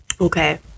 Okay